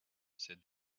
said